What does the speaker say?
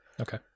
Okay